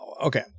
Okay